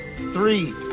Three